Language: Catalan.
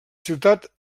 ciutat